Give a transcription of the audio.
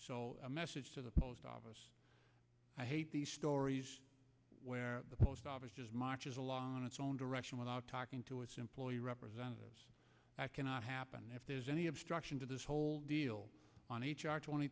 a message to the post office i hate these stories where the post office just marches a lot on its own direction without talking to its employee representatives that cannot happen if there is any obstruction to this whole deal on h r twenty